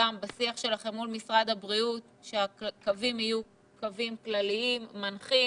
גם בשיח שלכם מול משרד הבריאות: שהקווים יהיו קווים כלליים ומנחים,